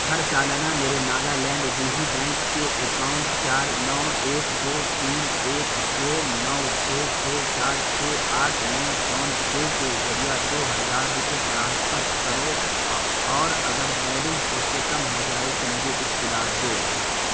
ہر سالانہ میرے ناگالینڈ دیہی بینک کے اکاؤنٹ چار نو ایک دو تین ایک دو نو چھ چھ سات چھ آٹھ میں فونپے کے ذریعے دو ہزار روپے ٹرانسفر کرو اور اگر بیلنس اس سے کم ہو جائے تو مجھے اطلاع دو